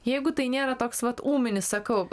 jeigu tai nėra toks vat ūminis sakau